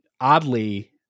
oddly